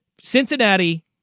Cincinnati